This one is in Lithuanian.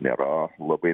nėra labai